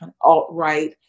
alt-right